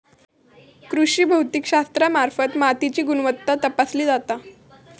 कृषी भौतिकशास्त्रामार्फत मातीची गुणवत्ता तपासली जाता